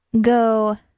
go